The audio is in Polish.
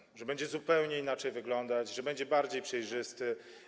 Mówiono, że będzie on zupełnie inaczej wyglądać, że będzie bardziej przejrzysty.